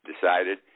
decided